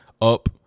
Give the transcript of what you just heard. up